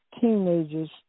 teenagers